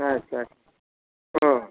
ᱟᱪᱪᱷᱟ ᱟᱪᱪᱷᱟ ᱦᱮᱸ